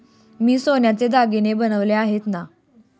तुम्ही सोन्याचे दागिने बनवले आहेत ना?